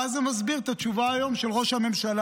ואז זה מסביר את התשובה היום של ראש הממשלה,